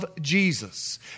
Jesus